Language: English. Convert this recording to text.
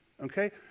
Okay